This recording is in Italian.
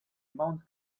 mount